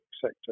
sector